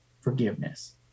forgiveness